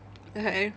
okay